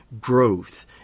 growth